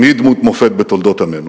גם היא דמות מופת בתולדות עמנו.